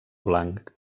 blanc